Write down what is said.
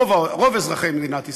רוב אזרחי מדינת ישראל.